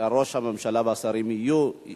ראש הממשלה והשרים יהיו.